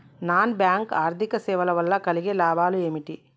Non bank ఆర్థిక సేవల వల్ల కలిగే లాభాలు ఏమిటి?